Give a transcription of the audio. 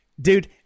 Dude